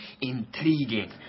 intriguing